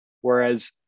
Whereas